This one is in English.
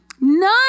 None